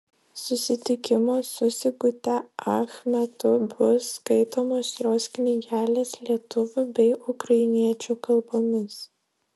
susitikimo su sigute ach metu bus skaitomos jos knygelės lietuvių bei ukrainiečių kalbomis